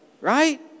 Right